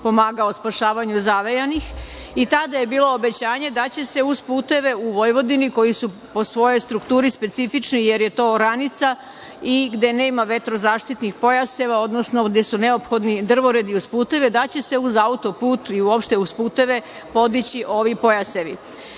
pomagao spašavanju zavejanih. Tada je bilo obećanje da će se uz puteve u Vojvodini koji su po svojoj strukturi specifični, jer je to oranica i gde nema vetrozaštitnih pojaseva, odnosno gde su neophodni drvoredi uz puteve, da će se uz auto-put i uopšte uz puteve podići ovi pojasevi. Naime,